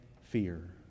fear